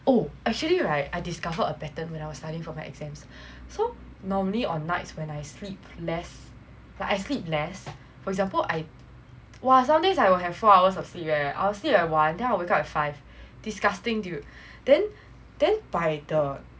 oh actually right I discovered a pattern when I was studying for exams so normally on nights when I sleep less like for example somedays I will have four hours of sleep leh I'll sleep at one then I'll wake up at five disgusting dude then then by the